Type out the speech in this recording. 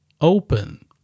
open